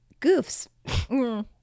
Goofs